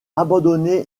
abandonné